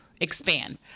expand